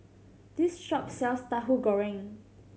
this shop sells Tahu Goreng